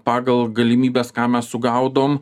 pagal galimybes ką mes sugaudom